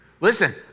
Listen